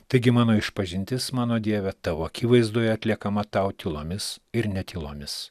taigi mano išpažintis mano dieve tavo akivaizdoje atliekama tau tylomis ir ne tylomis